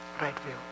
right-view